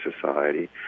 society